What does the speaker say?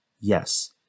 yes